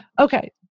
Okay